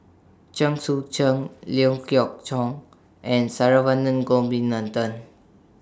Chen Sucheng Liew Geok and Saravanan Gopinathan